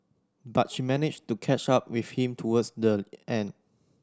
but she managed to catch up with him towards the end